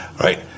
right